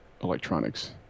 electronics